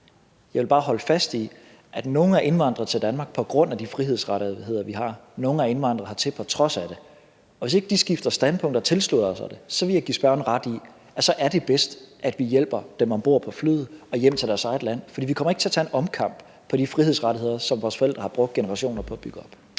Jeg vil bare holde fast i, at nogle er indvandret til Danmark på grund af de frihedsrettigheder, vi har, og nogle er indvandret hertil på trods af det. Hvis ikke de skifter standpunkt og tilslutter sig det, vil jeg give spørgeren ret i, at så er det bedst, at vi hjælper dem ombord på flyet og hjem til deres eget land, for vi kommer ikke til at tage en omkamp på de frihedsrettigheder, som vores forældre har brugt generationer på at bygge op.